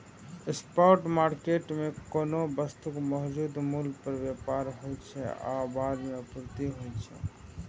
spot market मे कोनो वस्तुक मौजूदा मूल्य पर व्यापार होइ छै आ बाद मे आपूर्ति होइ छै